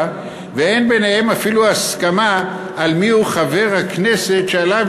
ואין ביניהן אפילו הסכמה מי יהיה חבר הכנסת שעליו